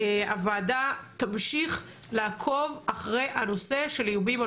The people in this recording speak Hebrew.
הוועדה תמשיך לעקוב אחרי הנושא של איומים על